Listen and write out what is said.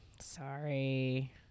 sorry